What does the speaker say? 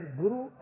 Guru